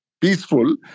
peaceful